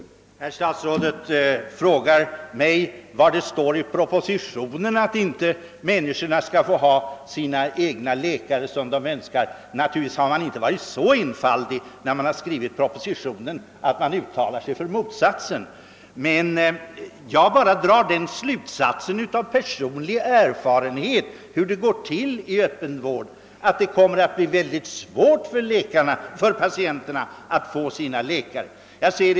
Herr talman! Herr statsrådet frågade mig var i propositionen det står att människorna inte skall få ha de läkare de önskar. Naturligtvis har man inte varit så enfaldig vid propositionens avfattande att man uttalat sig för motsatsen. Av personlig erfarenhet av hur det går till i öppen vård drar jag emellertid den slutsatsen att det kommer att bli mycket svårt för patienterna att få den läkare de önskar.